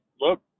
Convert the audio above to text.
look